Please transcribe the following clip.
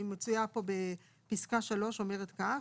היא מצויה פה בפסקה 3 שאומרת כך.